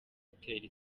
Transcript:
hoteli